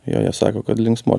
jo jie sako kad linksmuolis